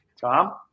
Tom